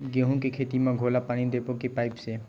गेहूं के खेती म घोला पानी देबो के पाइप से?